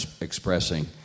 expressing